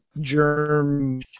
germ